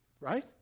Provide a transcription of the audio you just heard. Right